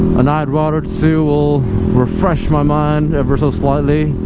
a night ride or two will refresh my mind ever so slightly